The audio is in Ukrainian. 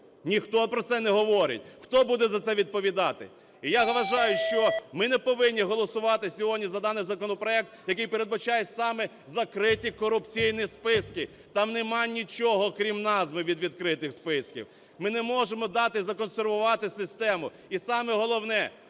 Ніхто про це не говорить. Хто буде за це відповідати? І я вважаю, що ми не повинні голосувати сьогодні за даний законопроект, який передбачає саме закриті корупційні списки, там немає нічого, крім назви, від відкритих списків. Ми не можемо дати законсервувати систему. І саме головне,